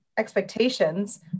expectations